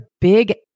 big